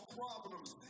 problems